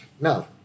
No